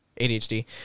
ADHD